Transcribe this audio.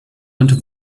und